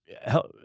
Help